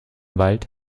wald